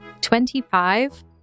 Twenty-five